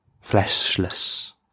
fleshless